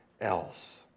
else